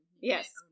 Yes